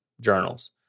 journals